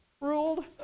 ruled